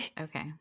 Okay